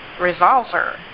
Revolver